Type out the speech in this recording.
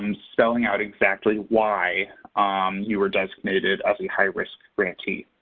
um spelling out exactly why you were designated as a high-risk grantee.